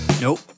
Nope